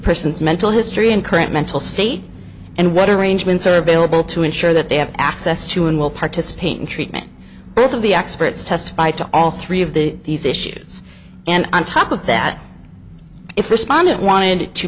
person's mental history and current mental state and what arrangements are available to ensure that they have access to and will participate in treatment of the experts testify to all three of the these issues and on top of that if respondent wanted to